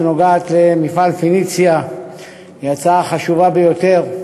שנוגעת למפעל "פניציה" היא הצעה חשובה ביותר.